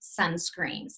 sunscreens